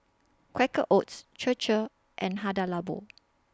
Quaker Oats Chir Chir and Hada Labo